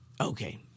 Okay